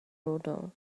rodin